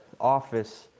office